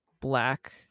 black